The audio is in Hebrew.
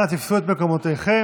אנא תפסו את מקומותיכם.